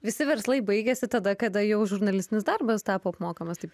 visi verslai baigėsi tada kada jau žurnalistinis darbas tapo apmokamas taip